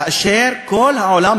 כאשר כל העולם,